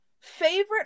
favorite